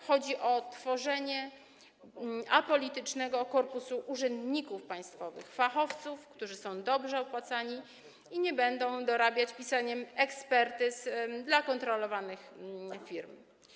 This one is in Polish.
Chodzi o tworzenie apolitycznego korpusu urzędników państwowych, fachowców, którzy są dobrze opłacani i nie będą dorabiać pisaniem ekspertyz dla kontrolowanych firm.